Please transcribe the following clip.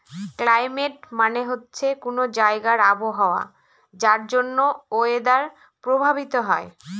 climate মানে হল কোনো জায়গার আবহাওয়া যার জন্য ওয়েদার প্রভাবিত হয়